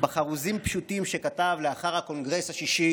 בחרוזים פשוטים, שכתב לאחר הקונגרס השישי